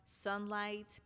Sunlight